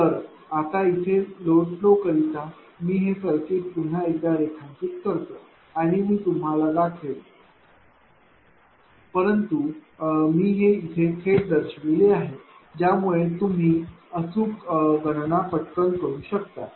तर आता इथे लोड फ्लो करिता मी हे सर्किट पुन्हा एकदा रेखांकित करतो आणि मी तुम्हाला दाखवेन परंतु हे मी थेट दर्शविले आहे की ज्यामुळे तुम्ही अचूक गणना पटकन करू शकता